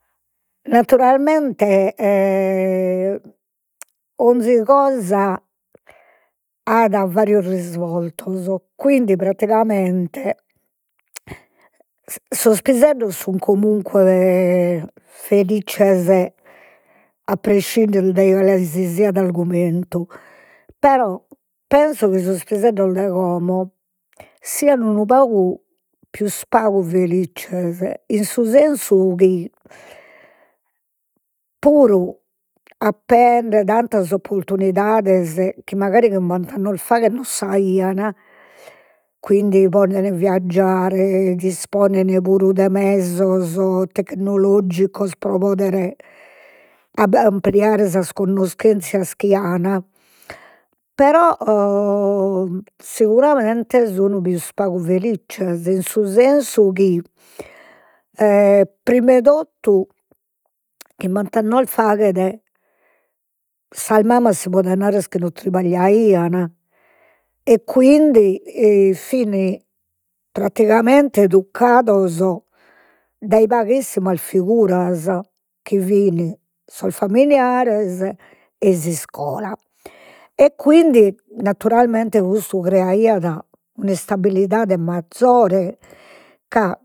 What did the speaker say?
Naturalmente 'onzi cosa at varios risvoltos, quindi praticamente sos piseddos sun comunque felizzes, a prescindere da cale si siat argumentu, però penso chi sos piseddos de como sian unu pagu pius pagu felizzes in su sensu chi puru appende tantas opportunidades, chi mancari chimbant'annos faghet non s'aian, quindi poden viaggiare, disponen puru de mesos tecnologicos pro poder sas connoschenzias chi an, però siguramente sun pius pagu felizzes, in su sensu chi prima e totu chimbant'annos faghet sas mamas si podet narrer chi non tribagliaian, e quindi fin praticamente educados dai paghissimas figuras chi fin sos familiares ei s'iscola, e quindi naturalmente custu creaiat un'istabbilidade mazore ca